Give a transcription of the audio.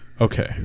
Okay